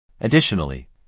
Additionally